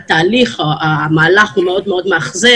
התהליך או המהלך הוא מאוד מאוד מאכזב.